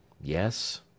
Yes